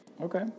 Okay